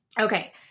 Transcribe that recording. Okay